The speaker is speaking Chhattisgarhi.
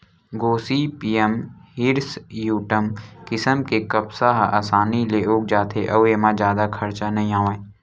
गोसिपीयम हिरस्यूटॅम किसम के कपसा ह असानी ले उग जाथे अउ एमा जादा खरचा नइ आवय